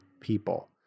people